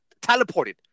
teleported